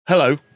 Hello